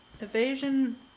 Evasion